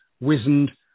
wizened